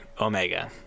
Omega